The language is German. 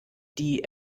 die